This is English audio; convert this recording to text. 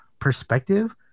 Perspective